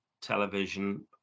television